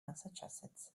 massachusetts